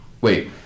wait